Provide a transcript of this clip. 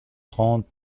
trente